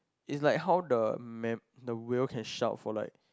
it's like how the ma~ the whale can shout for like